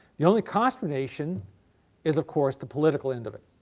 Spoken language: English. the only consternation is of course the political end of it.